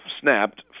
snapped